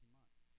months